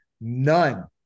none